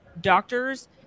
doctors